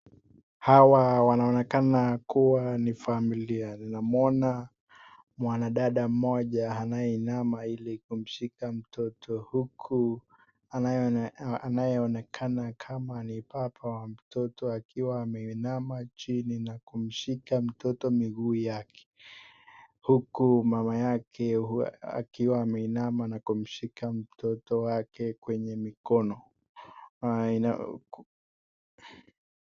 Hawa wanaonekana kuwa ni familia. Ninamuona mwanadada mmoja anayeinama ili kumshika mtoto huku anayeonekana kama ni baba wa mtoto akiwa ameinama chini na kumshika mtoto miguu yake. Huku mama yake akiwa ameinama na kumshika mtoto wake kwenye mikono.